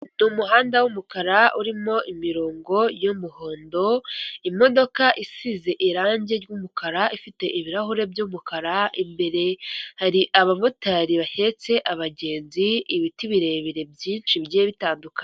Ni umuhanda w'umukara urimo imirongo y'umuhondo imodoka isize irangi ry'umukara ifite ibirahure by'umukara imbere hari abamotari bahetse abagenzi ibiti birebire byinshi bigiye bitandukanye.